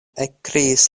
ekkriis